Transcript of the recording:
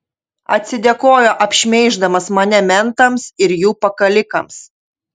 atsidėkojo apšmeiždamas mane mentams ir jų pakalikams